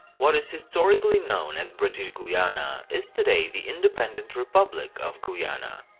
what is historically known as british guiana is today the independent republic of guyana.